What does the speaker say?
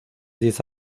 diez